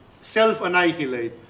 self-annihilate